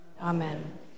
Amen